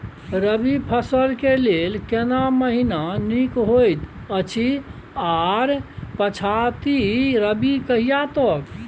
रबी फसल के लेल केना महीना नीक होयत अछि आर पछाति रबी कहिया तक?